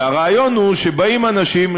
והרעיון הוא שבאים אנשים,